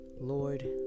Lord